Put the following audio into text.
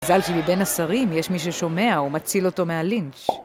מזל שבין השרים יש מי ששומע ומציל אותו מהלינץ'.